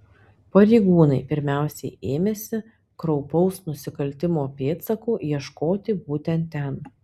pareigūnai pirmiausia ėmėsi kraupaus nusikaltimo pėdsakų ieškoti būtent ten